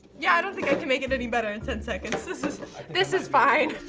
yeah, i don't think i can make it any better in ten seconds. this is this is fine.